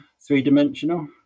three-dimensional